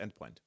Endpoint